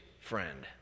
friend